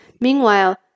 Meanwhile